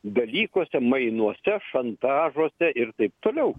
dalykuose mainuose šantažuose ir taip toliau